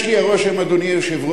יש לי הרושם, אדוני היושב-ראש,